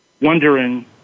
wondering